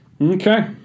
Okay